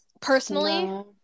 Personally